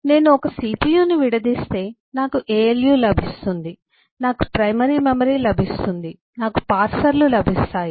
నేను ఒక CPU ని విడదీస్తే నాకు ALU లభిస్తుంది నాకు ప్రైమరీ మెమరీ లభిస్తుంది నాకు పార్సర్లు లభిస్తాయి